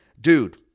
Dude